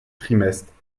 trimestres